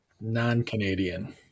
non-Canadian